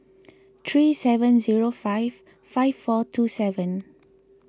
three seven zero five five four two seven